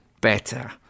better